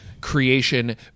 creation